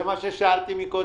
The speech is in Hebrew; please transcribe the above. זה מה ששאלתי קודם.